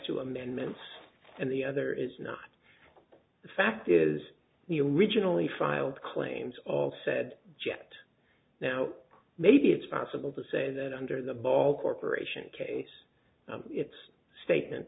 two amendments and the other is not the fact is you originally filed claims of said jet now maybe it's possible to say that under the ball corp case it's a statement